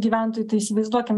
gyventojų tai įsivaizduokim